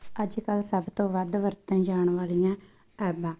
ਅੱਜ ਕੱਲ੍ਹ ਸਭ ਤੋਂ ਵੱਧ ਵਰਤੀਆਂ ਜਾਣ ਵਾਲੀਆਂ ਐਪਾਂ